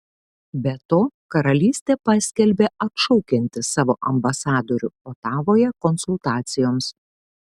be to karalystė paskelbė atšaukianti savo ambasadorių otavoje konsultacijoms